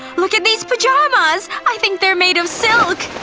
look at these pajamas. i think they're made of silk!